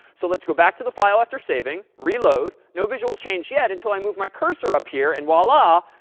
so let's go back to the file after saving, reload. no visual change yet until i move my cursor up here, and voila,